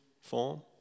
form